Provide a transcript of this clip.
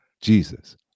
Jesus